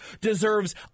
deserves